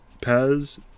PEZ